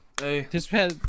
Hey